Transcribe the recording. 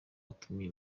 atumye